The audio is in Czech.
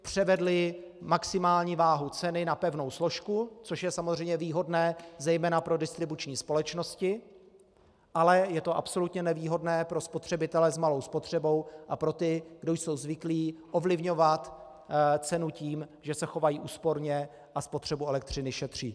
Převedli maximální váhu ceny na pevnou složku, což je samozřejmě výhodné zejména pro distribuční společnosti, ale je to absolutně nevýhodné pro spotřebitele s malou spotřebou a pro ty, kdo jsou zvyklí ovlivňovat cenu tím, že se chovají úsporně a spotřebu elektřiny šetří.